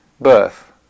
Birth